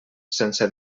sense